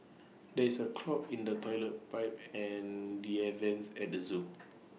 there is A clog in the Toilet Pipe and the air Vents at the Zoo